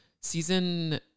season